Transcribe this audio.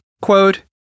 Quote